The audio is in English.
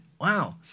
Wow